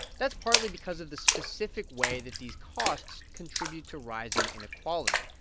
that's partly because of the specific way that these costs contribute to rising inequality.